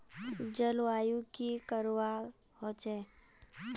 जलवायु की करवा होचे?